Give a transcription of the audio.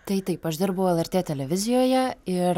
tai taip aš dirbau lrt televizijoje ir